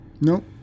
Nope